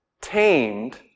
tamed